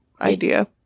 idea